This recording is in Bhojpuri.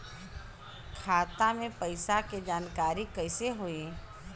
खाता मे पैसा के जानकारी कइसे होई?